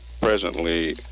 presently